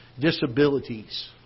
disabilities